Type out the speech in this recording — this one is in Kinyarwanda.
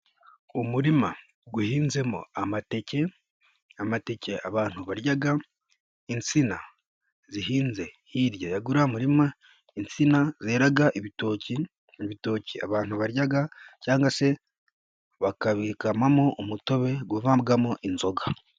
Umuurima uhinzemo amateke abantu barya, insina zihinze hirya y'umuririma, insina zera ibitoki abantu barya cyangwa se bakabikamamo umutobe uvamo inzoga.